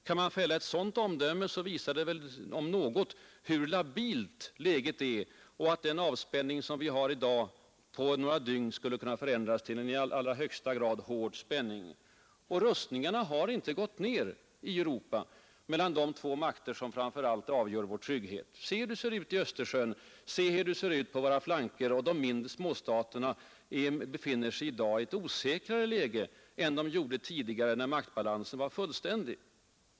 Kan man fälla ett sådant omdöme visar det väl om något hur labilt läget är och att avspänningen på några dygn skulle kunna förändras till en i allra högsta grad hård spänning. Och rustningarna har inte gått ner i Europa hos de två makter som framför allt påverkar vår trygghet. Se hur det ser ut på Europas flanker! Titta på läget i Östersjön. De mindre staterna befinner sig i dag rentav i ett osäkrare läge än de gjorde när maktbalansen var fullständig.